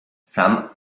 sam